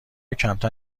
کمتر